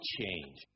change